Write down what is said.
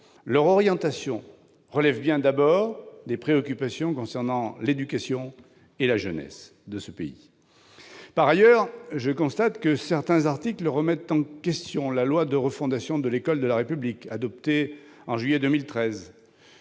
leur orientation relèvent bien d'abord des préoccupations relatives à l'éducation et à la jeunesse de ce pays. Par ailleurs, je constate que certains articles de ce projet de loi remettent en question la loi pour la refondation de l'école de la République, adoptée en juillet 2013.